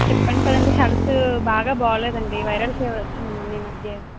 చెప్పాను కదండీ హెల్త్ బాగా బాలేదండి వైరల్ ఫీవర్ వచ్చింది మొన్న ఈ మధ్య